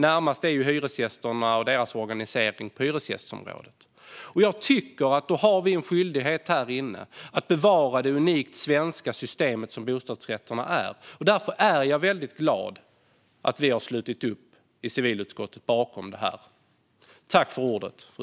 Närmast är hyresgästerna och deras organisering på hyresgästområdet. Jag tycker att vi här inne har en skyldighet att bevara det unikt svenska systemet som bostadsrätterna innebär. Därför är jag glad över att vi i civilutskottet har slutit upp bakom det här.